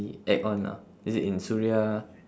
act on lah is it in suria